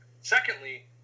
Secondly